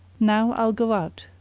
now i'll go out,